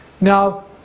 Now